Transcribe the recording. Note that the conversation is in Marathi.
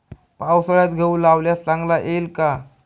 पावसाळ्यात गहू लावल्यास चांगला येईल का?